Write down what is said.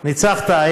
ניצחת.